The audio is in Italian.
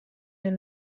nel